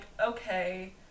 okay